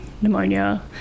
pneumonia